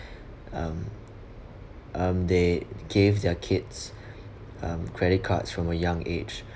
um um they gave their kids(um) credit cards from a young age